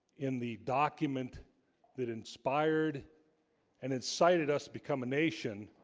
in the document that inspired and incited us become a nation